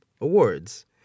awards